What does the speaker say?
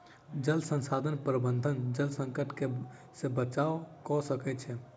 जल संसाधन प्रबंधन जल संकट से बचाव कअ सकै छै